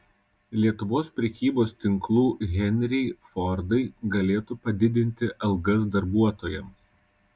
lietuvos prekybos tinklų henriai fordai galėtų padidinti algas darbuotojams